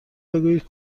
بگویید